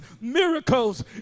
miracles